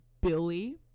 Billy